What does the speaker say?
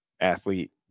Athlete